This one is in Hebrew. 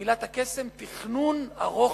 מילת הקסם, תכנון ארוך-טווח.